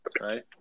right